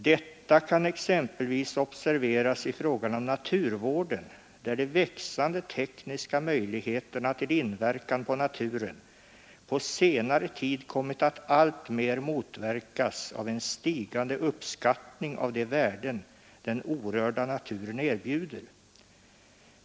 Detta kan exempelvis observeras i frågan om naturvården, där de växande tekniska möjligheterna till inverkan på naturen på senare tid kommit att alltmer motverkas av en stigande uppskattning av de värden den orörda naturen erbjuder.